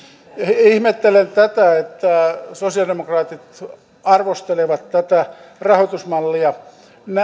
ihmettelen sosiaalidemokraatit arvostelevat tätä rahoitusmallia